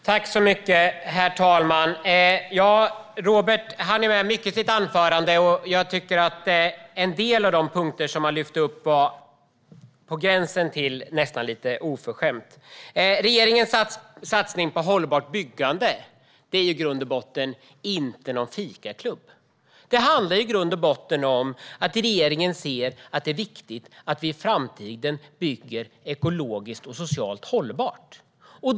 Herr talman! Robert hann med mycket i sitt anförande, och jag tycker att han i en del av de punkter han lyfte upp nästan var på gränsen till oförskämd. När det gäller regeringens satsning på hållbart byggande är det ingen fikaklubb. Det handlar i grund och botten om att regeringen ser att det är viktigt att vi i framtiden bygger ekologiskt och socialt hållbart.